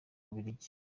bubiligi